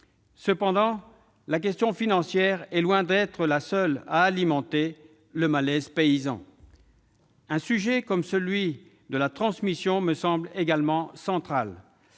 Cependant, la question financière est loin d'être la seule à alimenter le malaise paysan. Le sujet de la transmission me semble également central.